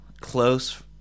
close